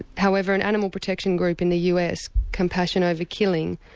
however, an animal protection group in the us, compassion over killing,